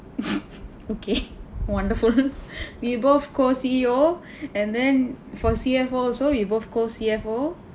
okay wonderful we both co C_E_O and then for C_F_O also we both co C_F_O